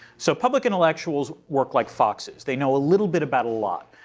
so public intellectuals work like foxes. they know a little bit about a lot.